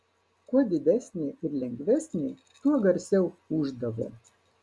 kuo didesnė ir lengvesnė tuo garsiau ūždavo